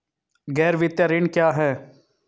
गैर वित्तीय ऋण क्या है?